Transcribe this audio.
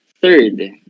Third